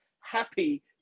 happy